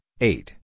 eight